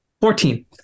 Fourteen